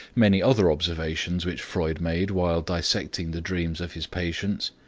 many other observations which freud made while dissecting the dreams of his patients,